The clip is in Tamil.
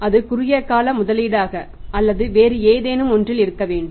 அது குறுகிய கால முதலீடாக அல்லது வேறு ஏதேனும் ஒன்றில் இருக்க வேண்டும்